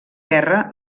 guerra